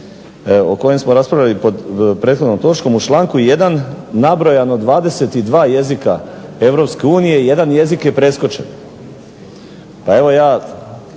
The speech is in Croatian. o kojem smo raspravili pod prethodnom točkom u članku 1. nabrojano 22 jezika Europske unije. Jedan jezik je preskočen. Pa evo ja,